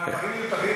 אבל דברים מיותרים,